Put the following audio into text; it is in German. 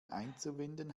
einzuwenden